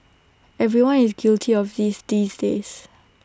everyone is guilty of these these days